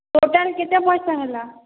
total କେତେ ପଇସା ହେଲା